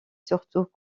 surtout